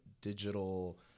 digital